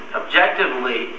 objectively